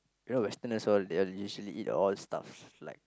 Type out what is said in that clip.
you know westerners all they usually eat all stuffs like